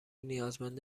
نیازمند